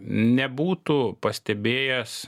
nebūtų pastebėjęs